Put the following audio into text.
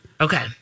Okay